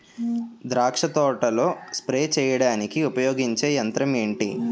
ద్రాక్ష తోటలో స్ప్రే చేయడానికి ఉపయోగించే యంత్రం ఎంటి?